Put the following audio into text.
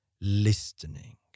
listening